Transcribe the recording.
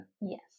Yes